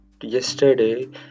yesterday